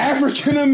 African